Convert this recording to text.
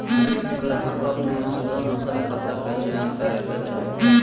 ग्राहक के अपन सुविधानुसार खाता के चयन करे के चाही